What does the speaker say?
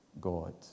God